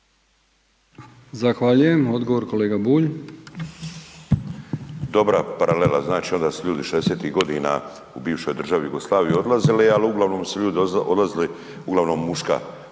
Zahvaljujem. Odgovor kolega Bulj. **Bulj, Miro (MOST)** Dobra paralela, znači onda su ljudi šezdesetih godina u bivšoj državi Jugoslaviji odlazili, ali uglavnom su ljudi odlazili muškarci